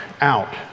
out